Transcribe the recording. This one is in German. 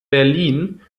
berlin